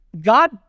God